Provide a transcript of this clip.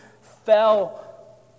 fell